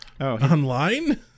online